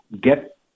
get